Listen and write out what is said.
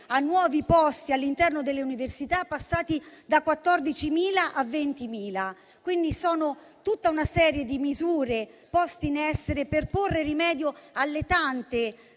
a nuovi posti all'interno delle università, passati da 14.000 a 20.000. Si tratta di tutta una serie di misure poste in essere per porre rimedio alle tante